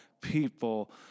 people